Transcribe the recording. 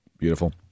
Beautiful